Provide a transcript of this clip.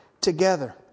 together